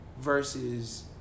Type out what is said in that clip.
versus